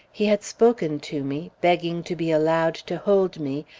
he had spoken to me, begging to be allowed to hold me,